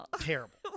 terrible